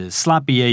sloppy